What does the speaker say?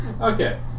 Okay